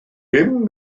bum